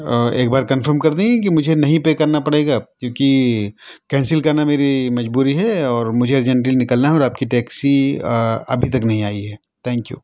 ایک بار کنفرم کردیں گی کہ مجھے نہیں پے کرنا پڑے گا کیونکہ کینسل کرنا میری مجبوری ہے اور مجھے ارجنٹلی نکلنا ہے اور آپ کی ٹیکسی ابھی تک نہیں آئی ہے تھینک یو